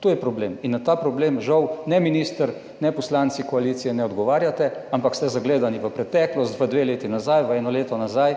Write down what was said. To je problem in na ta problem žal ne minister, ne poslanci koalicije, ne odgovarjate, ampak ste zagledani v preteklost, v dve leti nazaj, v eno leto nazaj